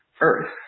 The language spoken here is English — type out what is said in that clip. earth